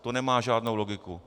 To nemá žádnou logiku.